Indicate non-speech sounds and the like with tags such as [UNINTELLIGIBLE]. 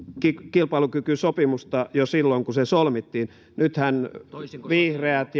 kilpailukykysopimusta jo silloin kun se solmittiin nythän vihreät [UNINTELLIGIBLE]